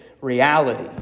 reality